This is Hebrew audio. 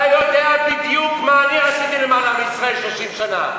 אתה יודע בדיוק מה אני עשיתי למען עם ישראל 30 שנה.